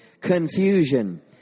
Confusion